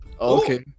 Okay